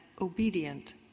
obedient